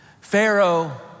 Pharaoh